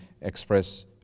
express